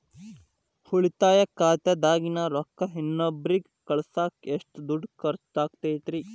ಉಳಿತಾಯ ಖಾತೆದಾಗಿನ ರೊಕ್ಕ ಇನ್ನೊಬ್ಬರಿಗ ಕಳಸಾಕ್ ಎಷ್ಟ ದುಡ್ಡು ಖರ್ಚ ಆಗ್ತೈತ್ರಿ?